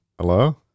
Hello